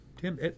Tim